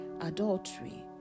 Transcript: adultery